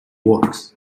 works